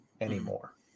anymore